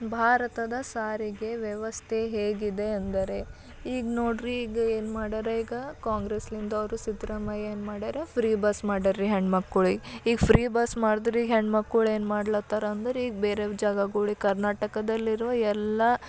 ಭಾರತದ ಸಾರಿಗೆ ವ್ಯವಸ್ಥೆ ಹೇಗಿದೆ ಅಂದರೆ ಈಗ ನೋಡ್ರಿ ಈಗ ಏನು ಮಾಡರೆ ಈಗ ಕಾಂಗ್ರೆಸ್ಲಿಂದ ಅವರು ಸಿದ್ದರಾಮಯ್ಯ ಏನು ಮಾಡ್ಯಾರ ಫ್ರೀ ಬಸ್ ಮಾಡಾರ್ರಿ ಹೆಣ್ಣು ಮಕ್ಳಿಗೆ ಈಗ ಫ್ರೀ ಬಸ್ ಮಾಡಿದ್ರಿ ಹೆಣ್ಣು ಮಕ್ಕಳು ಏನು ಮಾಡ್ಲಾತ್ತಾರ ಅಂದ್ರೆ ಈಗ ಬೇರೆ ಜಾಗಗಳಿಗೆ ಕರ್ನಾಟಕದಲ್ಲಿರೋ ಎಲ್ಲ